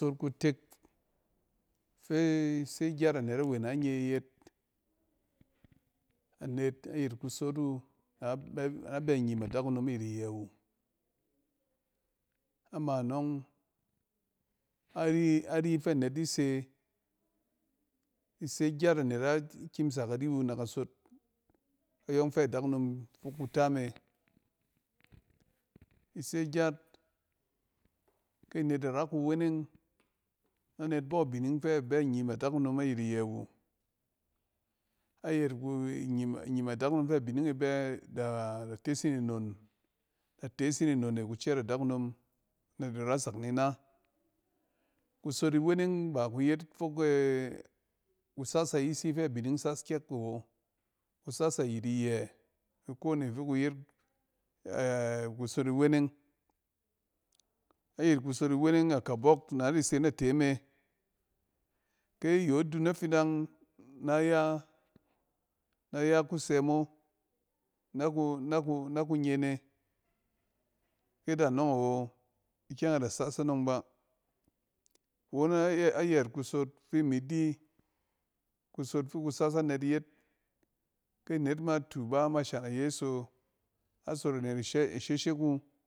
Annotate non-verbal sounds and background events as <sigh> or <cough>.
Kusot kutek feise gyat anet awe nan ye yet anet ayit kusot wu na be a bɛ-a bɛ nnyim adakunom ayit iyɛ wu. Ama nↄng, ari-ari fɛ anet dise ise gyat anet na kimsa kariwu na kasot kayↄng fɛ adakunom fok kuta me. Ise gyat kyɛ anet da ra kuweneng, nɛ net bↄ abining fɛ a bɛ nnyim adakunom ayit iyɛ wu. Ayɛt ku-inyim adakunom fɛ abining e bɛ da-da tes yin nnom da tees yin nnone kucɛɛt adakunom na di rasak ni na. kusot iweneng ba ku yet fokɛ kusas ayisi fɛ abining sas kyɛk awo. Kusas ayit iyɛ, iko ne fi ku yet <hesitation> kusot iweneng. Ayit kusot iweneng, akabↄk na di se nate me, ke yo dun afidang, na ya- naya ku sɛ mo naku-naku-nye ne. Ke da anↄng ba. Won ayɛt kusot fi mi di kusot fi ku sas anet yet ke anet isheshek wu.